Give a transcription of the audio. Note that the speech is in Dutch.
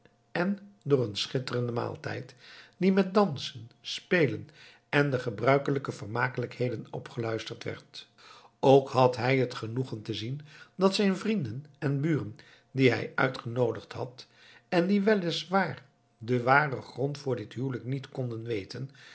en door een schitterenden maaltijd die met dansen spelen en de gebruikelijke vermakelijkheden opgeluisterd werd ook had hij het genoegen te zien dat zijn vrienden en buren die hij uitgenoodigd had en die wel is waar den waren grond voor dit huwelijk niet konden weten